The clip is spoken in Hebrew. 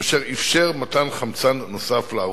אשר אפשר מתן חמצן נוסף לערוץ.